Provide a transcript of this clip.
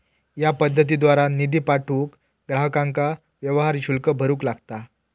या पद्धतीद्वारा निधी पाठवूक ग्राहकांका व्यवहार शुल्क भरूक लागता